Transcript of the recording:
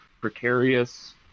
precarious